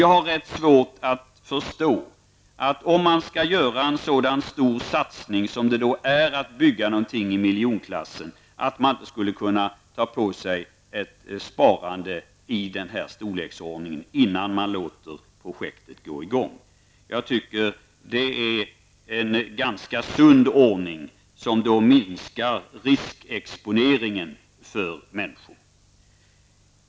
Jag har rätt svårt att förstå att man, innan man låter projektet gå i gång, inte skulle kunna spara ihop ett belopp i ungefär den här storleksordningen, om man skall göra en så stor satsning som det innebär att bygga något i den prisklassen. Jag tycker att det är en ganska sund ordning som minskar riskexponeringen för människor.